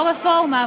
לא רפורמה,